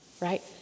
right